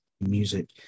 music